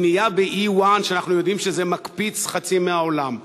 בנייה ב-E1, כשאנחנו יודעים שזה מקפיץ חצי מהעולם.